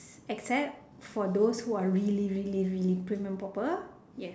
except for those who are really really really prim and proper yes